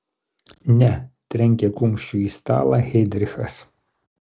ne trenkė kumščiu į stalą heidrichas